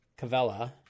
Cavella